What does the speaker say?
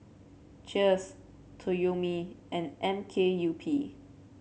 Cheers Toyomi and M K U P